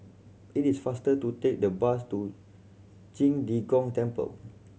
it is faster to take the bus to Qing De Gong Temple